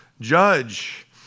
judge